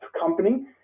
company